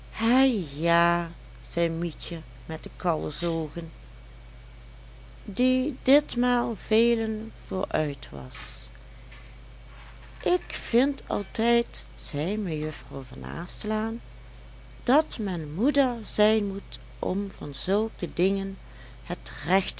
hé ja zei mietje met de kalfsoogen die ditmaal velen vooruit was ik vind altijd zei mejuffrouw van naslaan dat men moeder zijn moet om van zulke dingen het